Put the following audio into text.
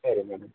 சரி மேடம்